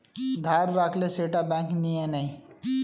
ধার রাখলে সেটা ব্যাঙ্ক নিয়ে নেয়